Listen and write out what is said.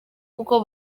koko